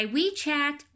WeChat